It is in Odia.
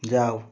ଯାଅ